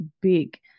big